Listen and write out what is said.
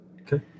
Okay